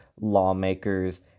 lawmakers